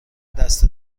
دست